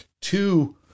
two